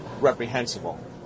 Reprehensible